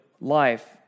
life